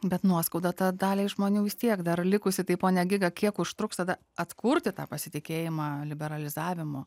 bet nuoskauda ta daliai žmonių vis tiek dar likusi tai pone giga kiek užtruks tada atkurti tą pasitikėjimą liberalizavimu